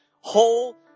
whole